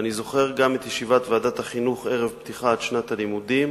אני זוכר גם את ישיבת ועדת החינוך ערב פתיחת שנת הלימודים